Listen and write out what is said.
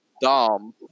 dumb